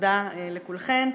תודה לכולכן.